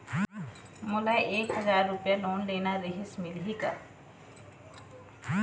मोला एक हजार रुपया लोन लेना रीहिस, मिलही का?